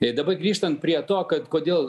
ir dabar grįžtant prie to kad kodėl